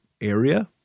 area –